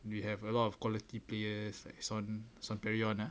we have a lot of quality players like sean sean playton ah